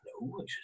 no